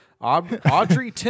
Audrey